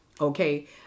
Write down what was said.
Okay